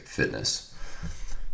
fitness